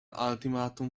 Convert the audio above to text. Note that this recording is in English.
ultimatum